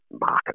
market